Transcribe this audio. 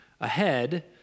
ahead